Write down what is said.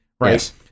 right